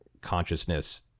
consciousness